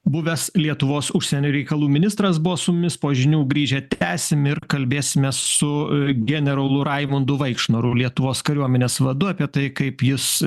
buvęs lietuvos užsienio reikalų ministras buvo su mumis po žinių grįžę tęsim ir kalbėsimės su generolu raimundu vaikšnoru lietuvos kariuomenės vadu apie tai kaip jis